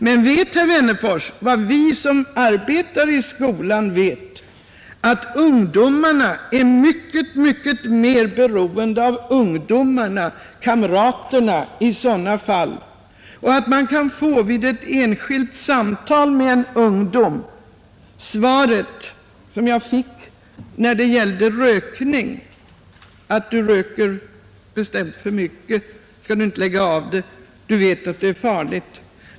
Jag undrar om herr Wennerfors lika väl som vi som arbetar i skolan är medveten om att ungdomarna i sådana avseenden är ytterst beroende av sina kamrater. Jag kan nämna ett svar som gavs vid ett enskilt samtal med en ung elev om rökning. Frågan var följande: Skall du inte sluta med rökningen — du vet att den är farlig?